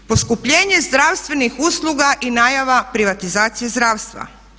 Poskupljenje zdravstvenih usluga i najava privatizacije zdravstva.